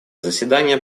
заседание